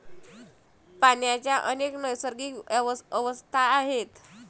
पाण्याच्या अनेक नैसर्गिक अवस्था आहेत